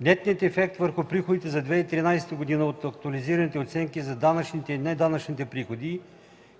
Нетният ефект върху приходите за 2013 г. от актуализираните оценки за данъчните и неданъчните приходи